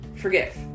Forgive